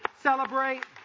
Celebrate